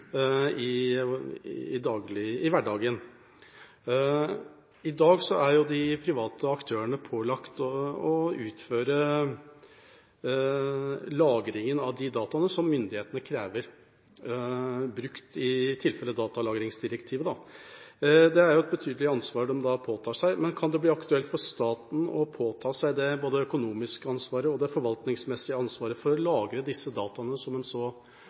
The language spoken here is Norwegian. i hverdagen. I dag er de private aktørene pålagt å utføre lagringen av data ut fra det myndighetene krever: datalagringsdirektivet. Det er et betydelig ansvar de da påtar seg. Men kan det bli aktuelt for staten å påta seg både det økonomiske ansvaret og det forvaltningsmessige ansvaret for å lagre disse dataene, som en så